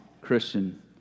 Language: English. Christian